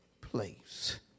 place